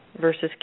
versus